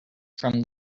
from